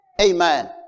amen